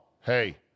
hey